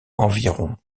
environ